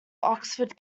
oxford